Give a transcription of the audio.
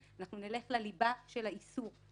דווקא על הספק הסביר,